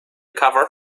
cover